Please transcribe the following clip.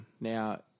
Now